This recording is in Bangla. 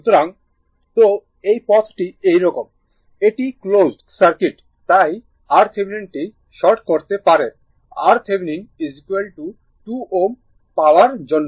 সুতরাং তো পথটি এইরকম এটি ক্লোজড সার্কিট তাই RThevenin টি শর্ট করতে পারে RThevenin 2 Ω পাওয়ার জন্য